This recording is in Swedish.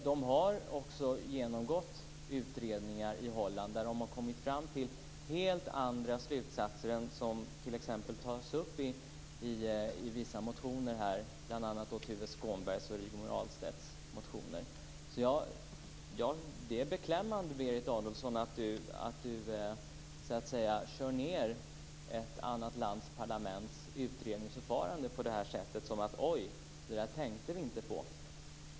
De har haft utredningar i Holland där de har kommit fram till helt andra slutsatser än de som tas upp i vissa motioner här, bl.a. Tuve Skånbergs och Det är beklämmande att Berit Adolfsson kör ned utredningsförfarandet i ett annat lands parlament på det här sättet och säger: Oj, det tänkte vi inte på.